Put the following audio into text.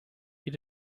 you